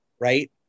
right